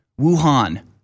Wuhan